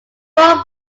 paul